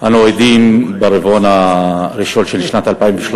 אנו עדים, ברבעון הראשון של שנת 2013,